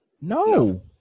No